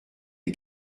est